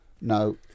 No